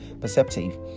perceptive